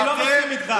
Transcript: אני לא מסכים איתך.